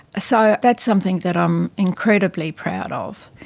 so that's something that i'm incredibly proud of.